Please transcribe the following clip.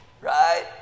right